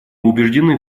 убеждены